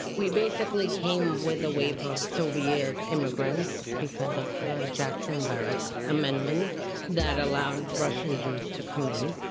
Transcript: we basically came with a wave of soviet immigrants, because of the jackson varick amendment that allowed russian jews to come in.